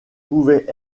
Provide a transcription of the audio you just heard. pouvait